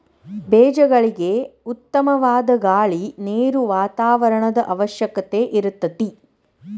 ಬೇಜಗಳಿಗೆ ಉತ್ತಮವಾದ ಗಾಳಿ ನೇರು ವಾತಾವರಣದ ಅವಶ್ಯಕತೆ ಇರತತಿ